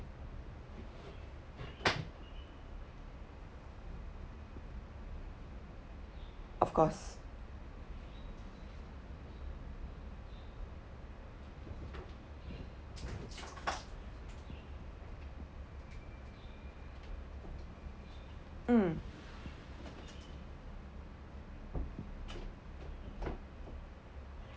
of course mm